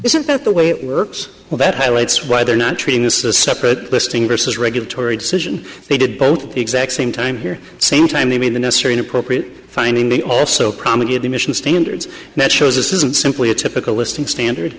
isn't that the way it works well that highlights why they're not treating this as a separate listing versus regulatory decision they did both exact same time here same time they made the necessary an appropriate finding they also promulgated emission standards that shows this isn't simply a typical listing standard